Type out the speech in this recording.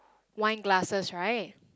wine glasses right